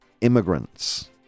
immigrants